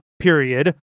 period